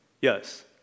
Yes